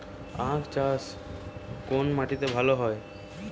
আখ চাষ কোন মাটিতে ভালো হয়?